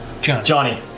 Johnny